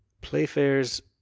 Playfair's